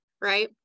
Right